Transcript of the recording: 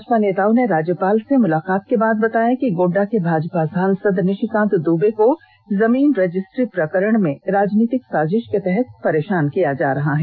भाजपा नेताओं ने राज्यपाल से मुलाकात के बाद बताया कि गोड्डा के भाजपा सांसद निशिकांत दूबे को जमीन रजिस्ट्री प्रकरण में राजनीतिक साजिश के तहत परेशान किया जा रहा है